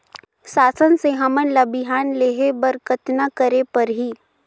शासन से हमन ला बिहान लेहे बर कतना करे परही?